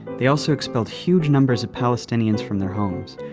they also expelled huge numbers of palestinians from their homes,